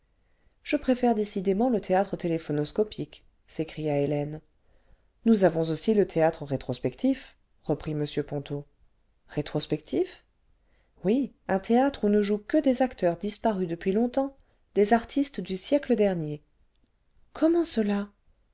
je préfère décidément le théâtre téléphonoscopique s'écria hélène nous avons aussi le théâtre rétrospectif reprit m ponto rétrospectif oui un théâtre où ne jouent que des acteurs disparus depuis longtemps des artistes du siècle dernier une erreur du telephonoscope comment cela